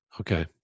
Okay